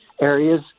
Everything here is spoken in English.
areas